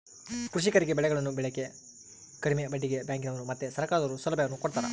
ಕೃಷಿಕರಿಗೆ ಬೆಳೆಗಳನ್ನು ಬೆಳೆಕ ಕಡಿಮೆ ಬಡ್ಡಿಗೆ ಬ್ಯಾಂಕಿನವರು ಮತ್ತೆ ಸರ್ಕಾರದವರು ಸೌಲಭ್ಯವನ್ನು ಕೊಡ್ತಾರ